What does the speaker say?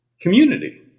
community